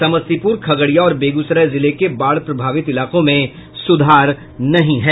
समस्तीपुर खगड़िया और बेगूसराय जिले के बाढ़ प्रभावित इलाकों में सुधार नहीं है